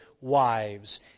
wives